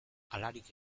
halarik